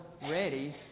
ready